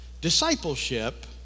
discipleship